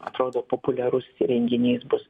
atrodo populiarus renginys bus